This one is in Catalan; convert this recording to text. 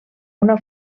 una